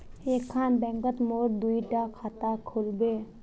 एक खान बैंकोत मोर दुई डा खाता खुल बे?